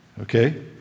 Okay